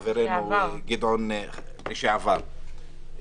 חברנו גדעון סער,